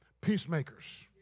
Peacemakers